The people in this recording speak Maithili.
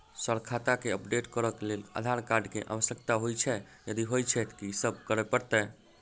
सर खाता केँ अपडेट करऽ लेल आधार कार्ड केँ आवश्यकता होइ छैय यदि होइ छैथ की सब करैपरतैय?